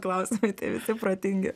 klausimai tai visi protingi